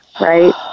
right